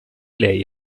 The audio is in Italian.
lei